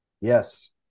Yes